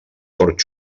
fort